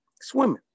swimming